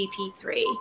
GP3